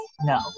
No